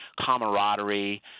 camaraderie